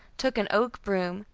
took an oak broom,